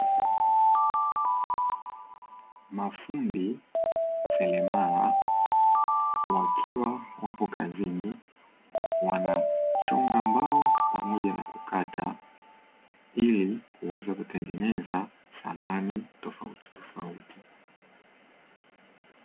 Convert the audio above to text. Mafundi seremela wakiwa wapo kazini, wanachonga mbao pamoja na kukata, ili waweze kutengeneza samani tofautitofauti.